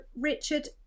Richard